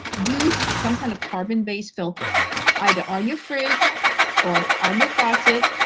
use some kind of carbon based filter either on your fridge or on your faucet,